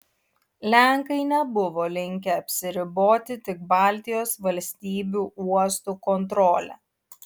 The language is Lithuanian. lenkai nebuvo linkę apsiriboti tik baltijos valstybių uostų kontrole